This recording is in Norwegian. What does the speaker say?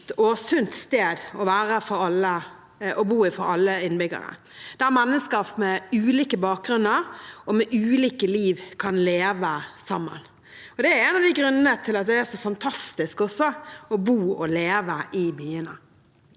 og sunt sted å bo for alle innbyggere, der mennesker med ulike bakgrunner og med ulikt liv kan leve sammen. Det er en av grunnene til at det er så fantastisk å bo og leve i byene.